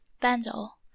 Bendel